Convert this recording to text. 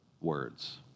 words